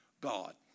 God